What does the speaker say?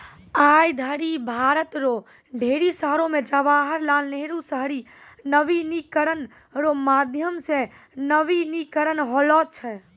आय धरि भारत रो ढेरी शहरो मे जवाहर लाल नेहरू शहरी नवीनीकरण रो माध्यम से नवीनीकरण होलौ छै